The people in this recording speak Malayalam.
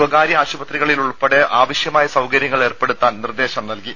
സ്വകാര്യ ആശുപത്രികളിലുൾപ്പെടെ ആവശ്യമായ സൌകര്യങ്ങൾ ഏർപ്പെടുത്താൻ നിർദ്ദേശം നൽകി